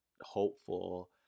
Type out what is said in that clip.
hopeful